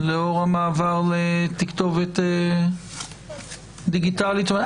לאור המעבר לתכתובת דיגיטלית?